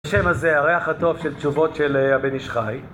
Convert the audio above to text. בשם הזה הריח הטוב של תשובות של הבן איש חי